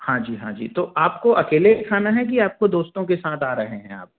हाँ जी हाँ जी तो आपको अकेले खाना है कि आपको दोस्तों के साथ आ रहे हैं आप